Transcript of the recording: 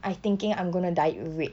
I thinking I'm going to dye red